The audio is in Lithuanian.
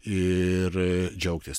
ir džiaugtis